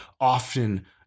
often